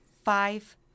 five